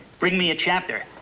bring me a chapter.